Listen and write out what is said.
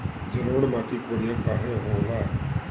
जलोड़ माटी बढ़िया काहे होला?